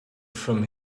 from